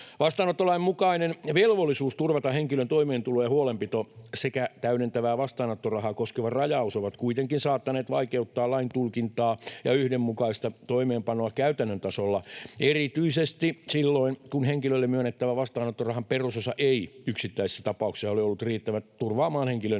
Vastaanottolain mukainen velvollisuus turvata henkilön toimeentulo ja huolenpito sekä täydentävää vastaanottorahaa koskeva rajaus ovat kuitenkin saattaneet vaikeuttaa lain tulkintaa ja yhdenmukaista toimeenpanoa käytännön tasolla erityisesti silloin, kun henkilölle myönnettävä vastaanottorahan perusosa ei yksittäisessä tapauksessa ole ollut riittävä turvaamaan henkilön